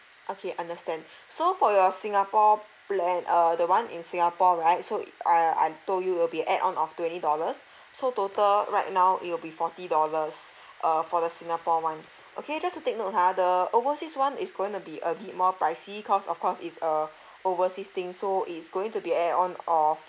okay understand so for your singapore plan uh the one in singapore right so uh I told you it will be add on of twenty dollars so total right now it will be forty dollars uh for the singapore one okay just to take note ha the overseas one is going to be a bit more pricey cause of course it's a overseas thing so it is going to be add on of